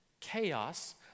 chaos